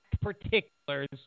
particulars